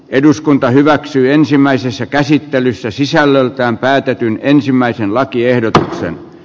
eduskunta hyväksyi ensimmäisessä käsittelyssä sisällöltään päätetyn ensimmäisen lakiehdotuksen